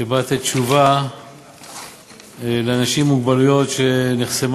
שבא לתת תשובה לאנשים עם מוגבלויות שנחסמה